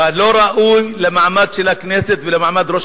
ולא ראוי למעמד של הכנסת ולמעמד ראש